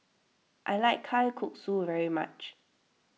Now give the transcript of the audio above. I like Kalguksu very much